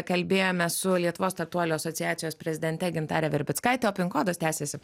kalbėjome su lietuvos startuolių asociacijos prezidente gintare verbickaite o pin kodas tęsiasi